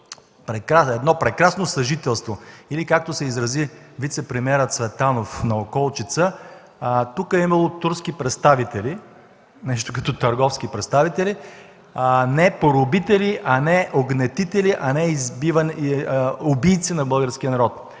едно прекрасно съжителство. Или, както се изрази вицепремиерът Цветанов на Околчица: тука е имало турски представители – нещо като търговски представители, а не поробители, а не угнетители, а не убийци на българския народ,